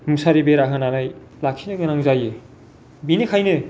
मुसारि बेरा होनानै लाखिनो गोनां जायो बेनिखायनो